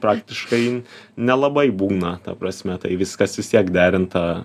praktiškai nelabai būna ta prasme tai viskas vis tiek derinta